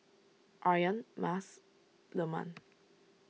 Aryan Mas Leman